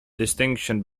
distinction